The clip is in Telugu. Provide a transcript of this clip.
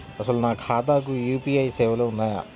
అసలు నా ఖాతాకు యూ.పీ.ఐ సేవలు ఉన్నాయా?